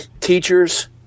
Teachers